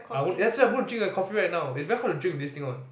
I'm actually gonna drink my coffee right now it's very hard to drink with this thing on